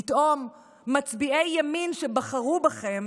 פתאום מצביעי ימין שבחרו בכם,